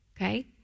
Okay